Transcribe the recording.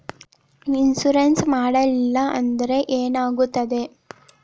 Insurance ಮಾಡಲಿಲ್ಲ ಅಂದ್ರೆ ಏನಾಗುತ್ತದೆ?